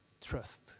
trust